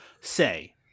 say